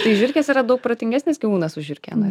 tai žiurkės yra daug protingesnis gyvūnas su žiurkėną